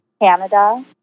Canada